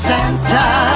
Santa